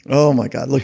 oh my god. like